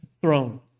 throne